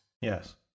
Yes